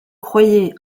croyez